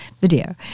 video